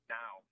now